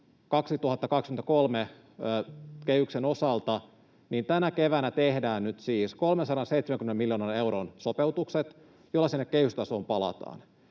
2023 osalta, että tänä keväänä tehdään siis 370 miljoonan euron sopeutukset, joilla sinne kehystasoon palataan